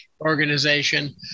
organization